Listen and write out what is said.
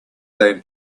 than